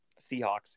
Seahawks